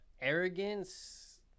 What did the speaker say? arrogance